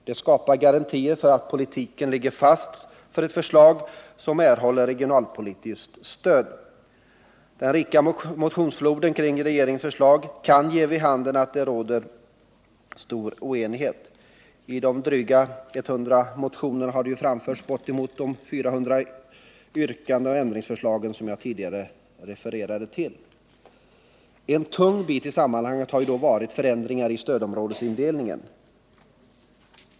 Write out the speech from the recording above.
Det skapar garantier för att politiken ligger fast för ett företag som erhåller regionalpolitiskt stöd. Den rika motionsfloden kring regeringens förslag kan ge vid handen att det råder stor oenighet. I de drygt 100 motionerna har det framförts bortemot 400 yrkanden och ändringsförslag. En tung bit i sammanhanget har varit förändringar i stödområdesindelningen.